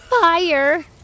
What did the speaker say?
fire